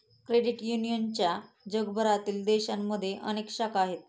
credit युनियनच्या जगभरातील देशांमध्ये अनेक शाखा आहेत